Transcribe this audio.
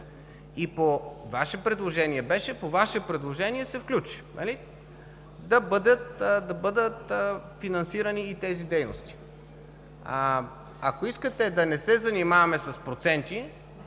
И по Ваше предложение беше, по Ваше предложение се включи, нали – да бъдат финансирани и тези дейности? Ако искате да не се занимаваме с проценти,